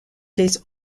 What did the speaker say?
des